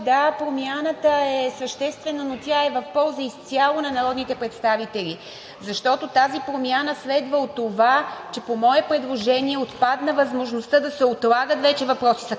да, промяната е съществена, но тя е в полза изцяло на народните представители. Защото тази промяна следва от това, че по мое предложение отпадна възможността да се отлагат вече въпроси с